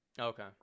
Okay